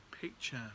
picture